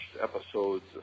episodes